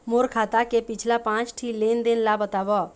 मोर खाता के पिछला पांच ठी लेन देन ला बताव?